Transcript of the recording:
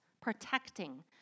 protecting